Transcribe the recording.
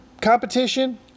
competition